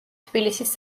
თბილისის